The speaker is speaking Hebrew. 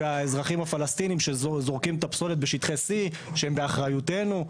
והאזרחים הפלסטינים שזורקים את הפסולת בשטחי C שהם באחריותנו.